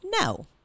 no